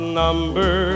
number